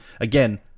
again